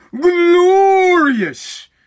glorious